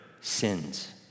sins